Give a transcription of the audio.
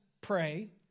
pray